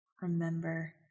remember